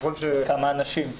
כמה אנשים?